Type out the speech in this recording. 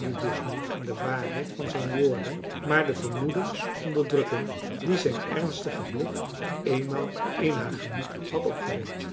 dus niet aan de waarheid van zijn woorden maar de vermoedens onderdrukken die zijn ernstige blik op eenmaal in haar gemoed had opgewekt